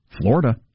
Florida